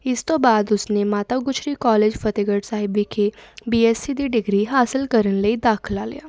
ਇਸ ਤੋਂ ਬਾਅਦ ਉਸਨੇ ਮਾਤਾ ਗੁਜਰੀ ਕੋਲਜ ਫਤਿਹਗੜ੍ਹ ਸਾਹਿਬ ਵਿਖੇ ਬੀ ਐੱਸ ਸੀ ਦੀ ਡਿਗਰੀ ਹਾਸਲ ਕਰਨ ਲਈ ਦਾਖਲਾ ਲਿਆ